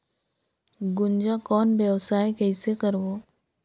गुनजा कौन व्यवसाय कइसे करबो?